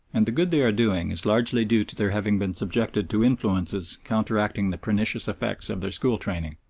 and the good they are doing is largely due to their having been subjected to influences counteracting the pernicious effects of their school training.